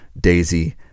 Daisy